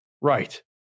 Right